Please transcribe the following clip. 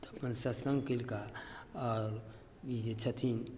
अपन सत सङ्ग कयलका आओर ई जे छथिन